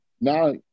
now